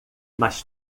mas